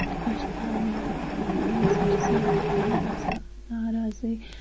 خۄش تھاوُن مَگر میٲنہِ سۭتۍ چھِ سٲری گژھان مےٚ باسان ناراضٕے